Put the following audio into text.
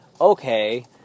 Okay